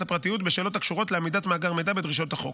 הפרטיות בשאלות הקשורות לעמידת מאגר מידע בדרישות החוק.